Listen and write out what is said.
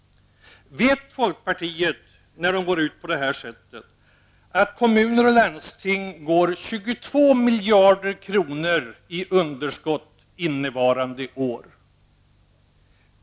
Vet folkpartiet, när de går ut på detta sätt, att kommuner och landsting får ett underskott på 22 miljarder kronor innevarande år?